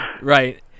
Right